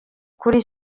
kuri